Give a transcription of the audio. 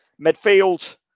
Midfield